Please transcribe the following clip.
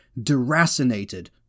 Deracinated